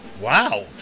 Wow